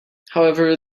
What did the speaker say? however